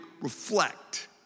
reflect